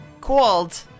Cold